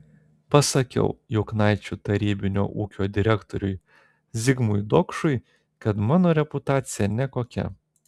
pasakiau juknaičių tarybinio ūkio direktoriui zigmui dokšui kad mano reputacija nekokia